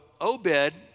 Obed